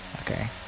Okay